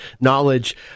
knowledge